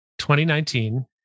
2019